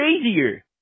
crazier